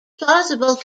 plausible